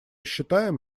считаем